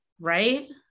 Right